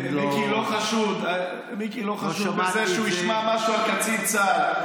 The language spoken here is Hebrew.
מיקי לא חשוד בזה שהוא ישמע משהו על קצין צה"ל.